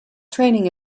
training